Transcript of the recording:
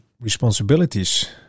responsibilities